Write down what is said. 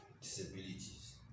disabilities